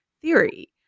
theory